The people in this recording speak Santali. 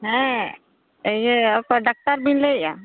ᱦᱮᱸ ᱤᱭᱟᱹ ᱚᱠᱚᱭ ᱰᱟᱠᱛᱟᱨ ᱵᱮᱱ ᱞᱟᱹᱭᱮᱫᱼᱟ